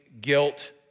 guilt